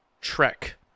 trek